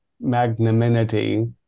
magnanimity